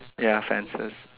ya fences